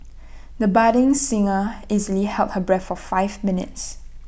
the budding singer easily held her breath for five minutes